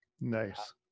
Nice